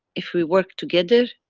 if we work together,